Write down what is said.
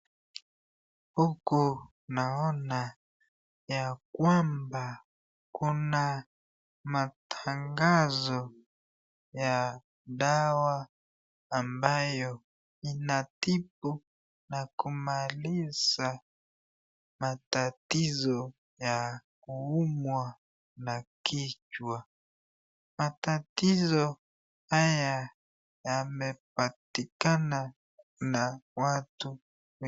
Huku naona ya kwamba kuna matangazo ya dawa ambayo inatibu na kumaliza matatizo ya kuumwa na kichwa, matatizo haya yamepatikana na watu wengi.